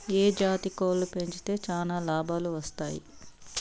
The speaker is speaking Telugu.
ఏ జాతి కోళ్లు పెంచితే చానా లాభాలు వస్తాయి?